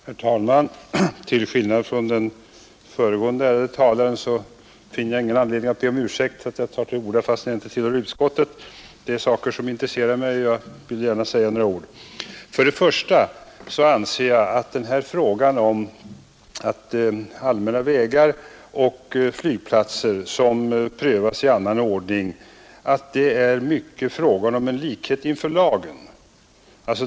Herr talman! Till skillnad från den föregående ärade talaren finner jag ingen anledning att be om ursäkt för att jag tar till orda fastän jag inte tillhör utskottet. De här frågorna intresserar mig, och jag vill gärna säga några ord. Först och främst anser jag att frågan om allmänna vägar och flygplatser, som prövas i annan ordning, i mycket är en fråga om likhet inför lagen.